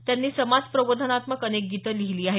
त्यांनी समाज प्रबोधनात्मक अनेक गीत लिहिली आहेत